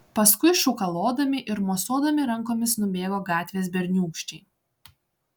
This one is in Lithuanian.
paskui šūkalodami ir mosuodami rankomis nubėgo gatvės berniūkščiai